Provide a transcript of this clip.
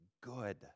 good